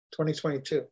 2022